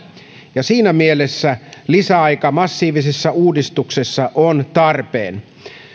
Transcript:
siinä mielessä lisäaika massiivisessa uudistuksessa on tarpeen